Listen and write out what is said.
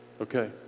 Okay